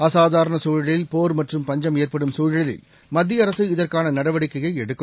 அசாதாரணகுழலில் போர் மற்றம் பஞ்சம் ஏற்படும் சூழலில் மத்தியஅரசு இதற்கானநடவடிக்கைஎடுக்கும்